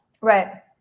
Right